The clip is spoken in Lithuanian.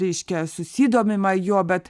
reiškia susidomima juo bet